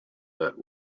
that